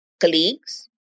colleagues